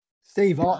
Steve